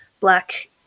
Black